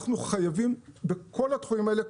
אנחנו חייבים בכל התחומים האלה,